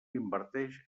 inverteix